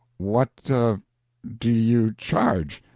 what do you charge?